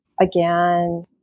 again